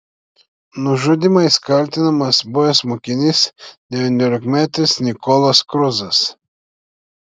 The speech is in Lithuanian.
nužudymais kaltinamas buvęs mokinys devyniolikmetis nikolas kruzas